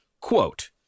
quote